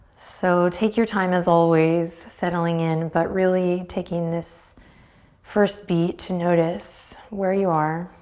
so take your time, as always, settling in but really taking this first beat to notice where you are.